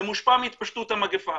זה מושפע מהתפשטות המגפה.